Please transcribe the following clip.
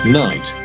night